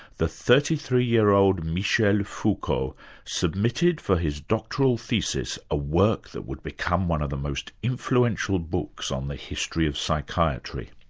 the thirty three year old michel foucault submitted for his doctoral thesis a work that would become one of the most influential books on the history of psychiatry.